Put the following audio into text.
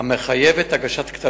חבר הכנסת רוברט טיבייב מבקש לדון